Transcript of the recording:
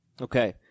Okay